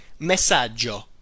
messaggio